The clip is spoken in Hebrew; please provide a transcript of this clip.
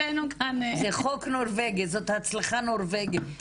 זאת הצלחה נורבגית.